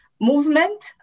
movement